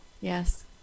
Yes